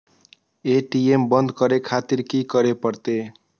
ATM बंद करें खातिर की करें परतें?